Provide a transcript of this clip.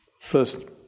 First